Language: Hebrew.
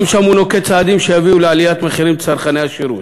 גם שם הוא נוקט צעדים שיביאו לעליית מחירים לצרכני השירות.